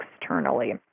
externally